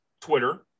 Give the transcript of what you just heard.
Twitter